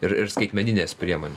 ir ir skaitmeninės priemonės